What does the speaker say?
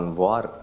war